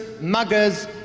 muggers